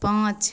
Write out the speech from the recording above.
पाँच